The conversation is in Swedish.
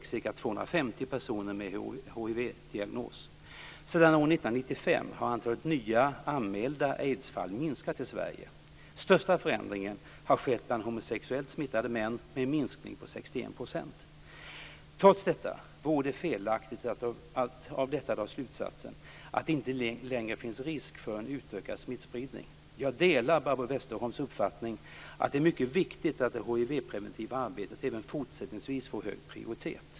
Sedan år 1995 har antalet nya anmälda aidsfall minskat i Sverige. Största förändringen har skett bland homosexuellt smittade män, med en minskning på 61 %. Trots detta vore det felaktigt att av detta dra slutsatsen att det inte längre finns risk för utökad smittspridning. Jag delar Barbro Westerholms uppfattning att det är mycket viktigt att det hivpreventiva arbetet även fortsättningsvis får hög prioritet.